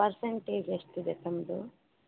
percentage ಎಷ್ಟಿದೆ ತಮ್ಮದು